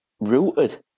rooted